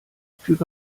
füge